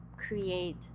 create